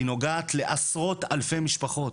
היא נוגעת לעשרות אלפי משפחות.